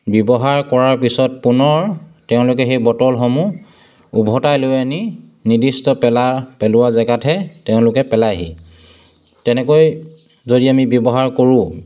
ব্যৱহাৰ কৰাৰ পিছত পুনৰ তেওঁলোকে সেই বটলসমূহ উভতাই লৈ আনি নিৰ্দিষ্ট পেলা পেলোৱা জেগাতহে তেওঁলোকে পেলাইহি তেনেকৈ যদি আমি ব্যৱহাৰ কৰোঁ